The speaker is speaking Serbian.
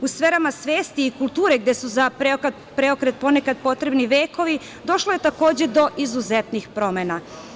U sferama svesti i kulture, gde su za preokret ponekad potrebni vekovi, došlo je, takođe, do izuzetnih promena.